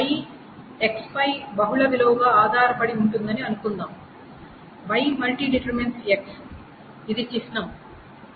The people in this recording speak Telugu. Y X పై బహుళ విలువ గా ఆధారపడి ఉంటుందని అనుకుందాం Y↠X ఇది చిహ్నం ↠